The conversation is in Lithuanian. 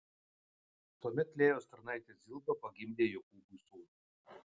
tuomet lėjos tarnaitė zilpa pagimdė jokūbui sūnų